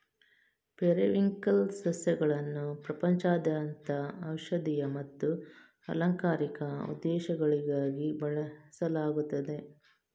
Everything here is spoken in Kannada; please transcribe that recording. ಪೆರಿವಿಂಕಲ್ ಸಸ್ಯಗಳನ್ನು ಪ್ರಪಂಚದಾದ್ಯಂತ ಔಷಧೀಯ ಮತ್ತು ಅಲಂಕಾರಿಕ ಉದ್ದೇಶಗಳಿಗಾಗಿ ಬೆಳೆಸಲಾಗುತ್ತದೆ